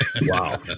Wow